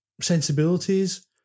sensibilities